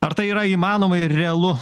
ar tai yra įmanoma ir realu